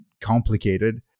complicated